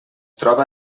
troba